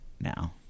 now